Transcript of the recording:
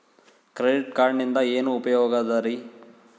Credit ಕಾರ್ಡಿನಿಂದ ಏನು ಉಪಯೋಗದರಿ?